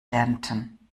danton